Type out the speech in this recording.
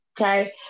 okay